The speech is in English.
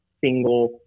single